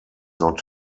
not